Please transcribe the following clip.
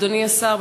אדוני השר,